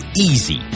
easy